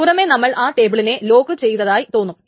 പുറമേ നമുക്ക് ആ ടേബിളിനെ ലോക്ക് ചെയ്താതായി തോന്നും